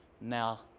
now